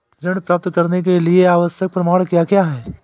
ऋण प्राप्त करने के लिए आवश्यक प्रमाण क्या क्या हैं?